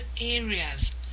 areas